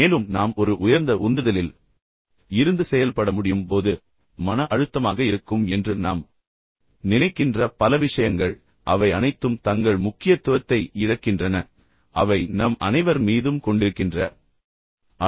மேலும் நாம் ஒரு உயர்ந்த உந்துதலில் இருந்து செயல்பட முடியும் போது மனதைக் குழப்பும் மன அழுத்தமாக இருக்கும் என்று நாம் நினைக்கின்ற பல விஷயங்கள் அவை அனைத்தும் தங்கள் முக்கியத்துவத்தை இழக்கின்றன அவை நம் அனைவர் மீதும் கொண்டிருக்கின்ற